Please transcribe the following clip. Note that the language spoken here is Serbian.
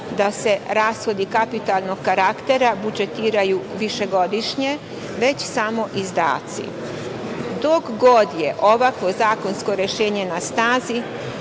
da se rashodi kapitalnog karaktera budžetiraju višegodišnje već samo izdaci. Dok god je ovako zakonsko rešenje na snazi,